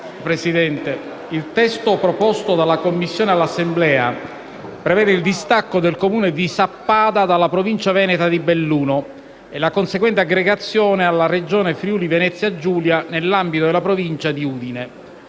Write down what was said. Presidente, il testo proposto dalla Commissione all'Assemblea prevede il distacco del Comune di Sappada dalla Provincia veneta di Belluno e la conseguente aggregazione alla Regione Friuli-Venezia Giulia nell'ambito della Provincia di Udine.